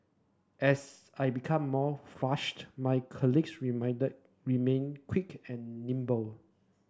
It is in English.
as I became more flustered my colleagues remained quick and nimble